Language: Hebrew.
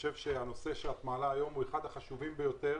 חושב שהנושא שאת מעלה היום הוא אחד החשובים ביותר